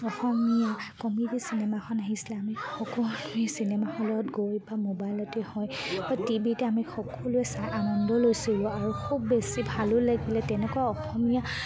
অসমীয়া comedy cinema এখন আহিছিলে আমি সকলোৱেই চিনেমাহ'লত গৈ বা মোবাইলতে হয় বা টি ভিতে আমি সকলোৱে চাই আনন্দ লৈছিলোঁ আৰু খুব বেছি ভালো লাগিলে তেনেকুৱা অসমীয়া